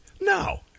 No